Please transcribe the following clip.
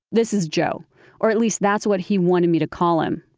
this is joe or at least, that's what he wanted me to call him.